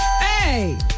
Hey